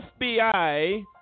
FBI